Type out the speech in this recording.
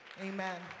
Amen